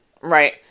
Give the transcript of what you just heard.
right